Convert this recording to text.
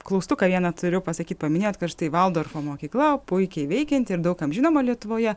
klaustuką vieną turiu pasakyt paminėjot kad štai valdorfo mokykla puikiai veikianti ir daug kam žinoma lietuvoje